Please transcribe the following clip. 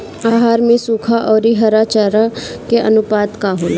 आहार में सुखा औरी हरा चारा के आनुपात का होला?